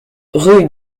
rue